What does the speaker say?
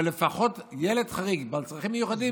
אבל לפחות ילד חריג בעל צרכים מיוחדים,